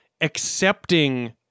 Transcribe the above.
accepting